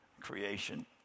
creation